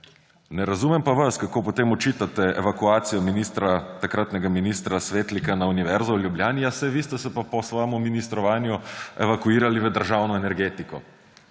Ne razumem pa vas, kako potem očitate evakuacijo takratnega ministra Svetlika na Univerzo v Ljubljani; saj vi ste se pa po svojem ministrovanju evakuirali v državno energetiko.